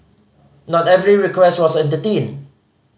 not every request was entertained